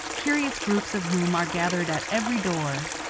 curious groups of whom are gathered at every door.